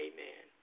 Amen